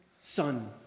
son